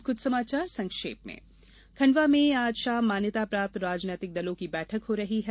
अब कुछ समाचार संक्षेप में खंडवा में आज शाम मान्यता प्राप्त राजनीतिक दलों की बैठक हो रही है